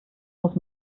muss